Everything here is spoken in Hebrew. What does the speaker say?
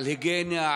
על ההיגיינה,